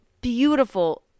beautiful